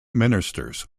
ministers